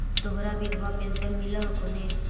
तोहरा विधवा पेन्शन मिलहको ने?